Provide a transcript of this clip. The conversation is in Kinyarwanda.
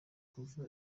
kuva